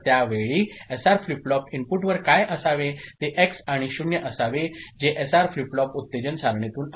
तर त्यावेळी SR flip flop इनपुटवर काय असावे ते एक्स आणि 0 असावे जे एसआर फ्लिप फ्लॉप उत्तेजन सारणीतून आहे